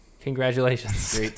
Congratulations